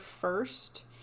first